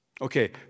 Okay